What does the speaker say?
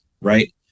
right